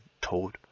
told